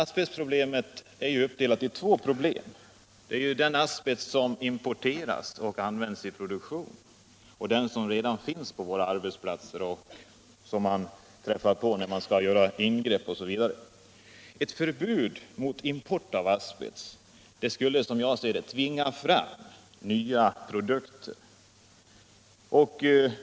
Asbestproblemet är uppdelat i två avsnitt: det gäller dels den asbest som importeras och används i produktionen, dels den som redan finns på våra arbetsplatser och som påträffas när man skall göra ingrepp av olika slag. Ett förbud mot import av asbest skulle, enligt min mening, tvinga fram nya produkter.